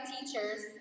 teachers